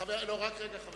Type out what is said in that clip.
חבר